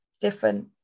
different